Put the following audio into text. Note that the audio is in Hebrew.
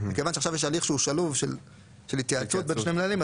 מכיוון שעכשיו יש הליך שהוא שלוב של התייעצות בין שני מנהלים,